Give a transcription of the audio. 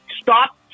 stop